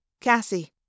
Cassie